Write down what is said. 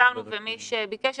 אנחנו פרסמנו ומי שביקש,